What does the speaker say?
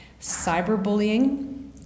cyberbullying